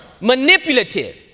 Manipulative